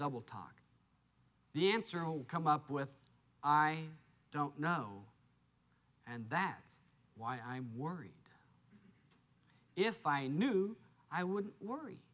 double talk the answer will come up with i don't know and that is why i'm worried if i knew i wouldn't worry